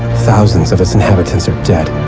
thousands of its inhabitants are dead.